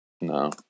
No